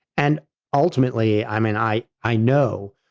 and ultimately, i mean, i, i know,